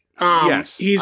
yes